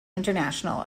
international